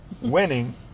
winning